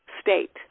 state